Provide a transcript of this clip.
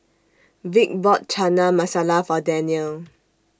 Vick bought Chana Masala For Danielle